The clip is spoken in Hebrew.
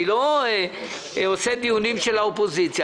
אני לא עושה דיונים של האופוזיציה,